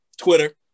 twitter